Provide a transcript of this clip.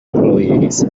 employees